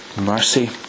mercy